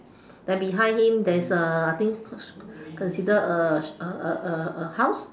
then behind him there is a I think con~ consider a a a a house